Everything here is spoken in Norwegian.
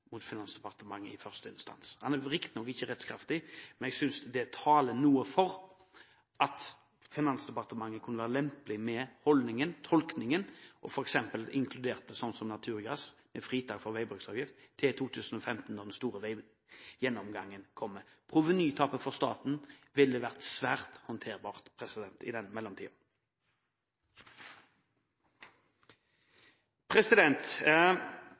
Finansdepartementet i første instans. Dommen er riktignok ikke rettskraftig, men jeg synes dette taler litt for at Finansdepartementet kunne vært lempelig med tolkningen og f.eks. inkludert dette i likhet med naturgass, med fritak for veibruksavgift fram til 2015, når den store gjennomgangen kommer. Provenytapet for staten ville i mellomtiden vært svært håndterbart. Vi har flere ganger – både i